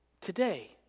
today